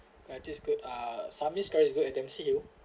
are just good uh samy's curry is good at dempsey hill